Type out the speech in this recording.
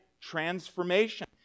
transformation